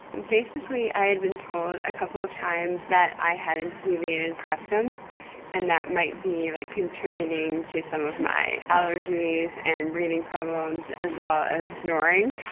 basically i had been told a couple of times that i had a deviated septum and that might be like contributing to some of my allergies and breathing problems, as well as snoring.